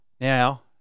Now